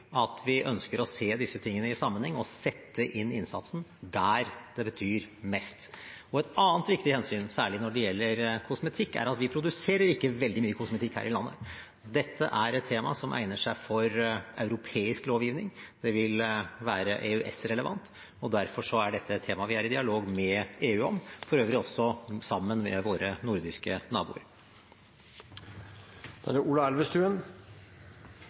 at vi ønsker å se disse tingene i sammenheng og sette inn innsatsen der det betyr mest. Et annet viktig hensyn, særlig når det gjelder kosmetikk, er at vi produserer ikke veldig mye kosmetikk her i landet. Dette er et tema som egner seg for europeisk lovgivning. Det vil være EØS-relevant, og derfor er dette et tema vi er i dialog med EU om – for øvrig også sammen med våre nordiske naboer. Det var egentlig det